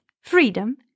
freedom